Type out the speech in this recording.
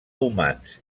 humans